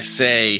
say